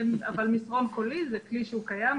מסרון קולי זה כלי שקיים.